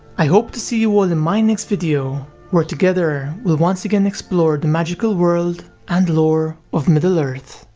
i hope to see you all in my next video where together we'll once again explore the magical world and lore of middle-earth.